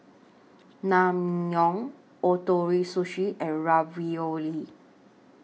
Naengmyeon Ootoro Sushi and Ravioli